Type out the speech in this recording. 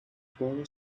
borrow